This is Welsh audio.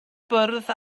bwrdd